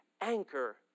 anchor